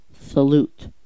salute